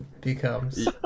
becomes